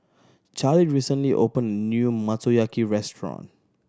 Charlie recently opened a new Motoyaki Restaurant